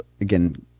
again